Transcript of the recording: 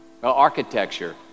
architecture